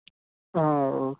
ఓ